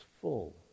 full